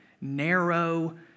narrow